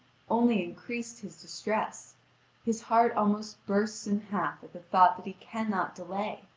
only increased his distress his heart almost bursts in half at the thought that he cannot delay.